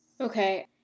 Okay